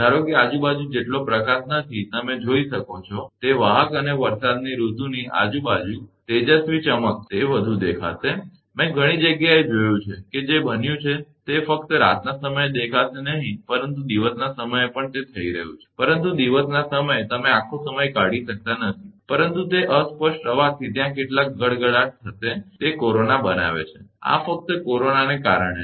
ધારો કે આજુબાજુ જેટલો પ્રકાશ નથી તમે જોઈ શકો છો તે વાહક અને વરસાદની ઋતુની આજુબાજુ તેજસ્વી ચમક તે વધુ દેખાશે મેં ઘણી જગ્યાએ જોયું છે કે જે બન્યું છે તે ફક્ત રાતનો સમય દેખાશે નહીં પરંતુ દિવસનો સમય પણ તે થઈ રહ્યું છે પરંતુ દિવસના સમયે તમે આખો સમય કાઢી શકતા નથી પરંતુ તે અસ્પષ્ટ અવાજથી ત્યાં કેટલાક ગડગડાટ થશે કે તે કોરોના બનાવે છે આ ફક્ત કોરોનાને કારણે છે